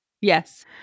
Yes